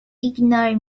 ignore